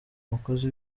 umukozi